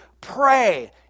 pray